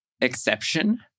exception